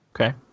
Okay